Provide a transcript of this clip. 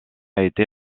été